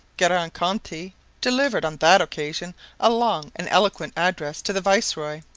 garakonthie, delivered on that occasion a long and eloquent address to the viceroy.